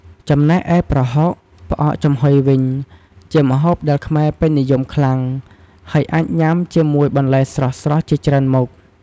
ចំណែកឯប្រហុក ផ្អកចំហុយវិញ ជាម្ហូបដែលខ្មែរពេញនិយមខ្លាំង ហើយអាចញ៉ាំជាមួយបន្លែស្រស់ៗជាច្រើនមុខ។